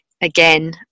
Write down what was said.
again